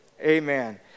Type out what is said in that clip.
Amen